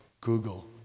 Google